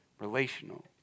relational